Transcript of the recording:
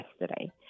yesterday